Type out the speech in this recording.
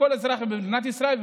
לכל אזרח במדינת ישראל,